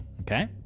Okay